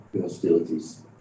hostilities